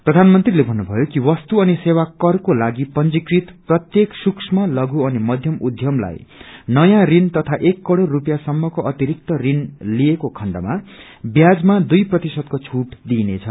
प्रयानमंत्रीले भन्नुभन्नयो कि वस्तु अनि सेवा करको लागि पंजीकृत प्रत्येक सूक्ष्म नलयु अनि मध्यम उदयमलाई नयाँ ऋण तथा एक करोड़ रूसिपयाँ सम्मको अतिरिक्त ऋण लिएको खण्डमा व्याजमा दुइ प्रतिशतको छूट दिइनेछ